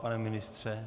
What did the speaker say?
Pane ministře?